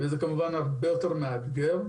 וזה כמובן הרבה יותר מאתגר.